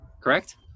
Correct